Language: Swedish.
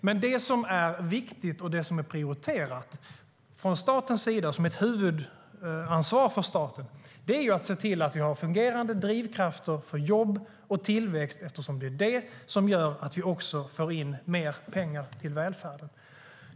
Men det som är viktigt och det som är prioriterat som ett huvudansvar för staten är att se till att det finns fungerande drivkrafter för jobb och tillväxt, eftersom det är det som gör att man får in mer pengar till välfärden.